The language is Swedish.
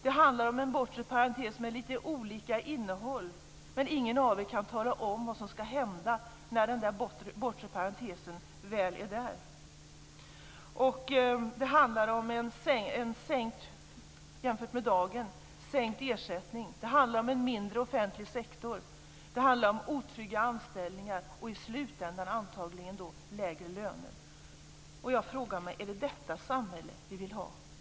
Det handlar om en bortre parentes med litet olika innehåll, men ingen av er kan tala om vad som skall hända när den bortre parentesen väl är nådd. Det handlar om en sänkning av ersättningen jämfört med dagens. Det handlar om en mindre offentlig sektor. Det handlar om otrygga anställningar och i slutändan antagligen lägre löner. Jag frågar mig: Är det detta samhälle vi vill ha?